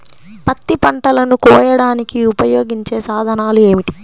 పత్తి పంటలను కోయడానికి ఉపయోగించే సాధనాలు ఏమిటీ?